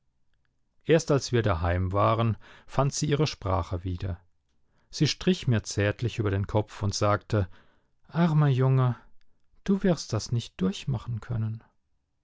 erst als wir daheim waren fand sie ihre sprache wieder sie strich mir zärtlich über den kopf und sagte armer junge du wirst das nicht durchmachen können